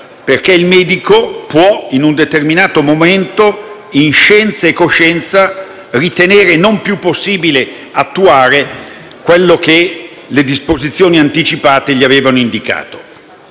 medico, infatti, può, in un determinato momento, in scienza e coscienza, ritenere non più possibile attuare quello che le disposizioni anticipate gli avevano indicato.